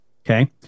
Okay